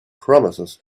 promises